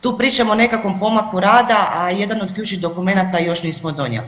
Tu pričamo o nekakvom pomaku rada, a jedan od ključnih dokumenata još nismo donijeli.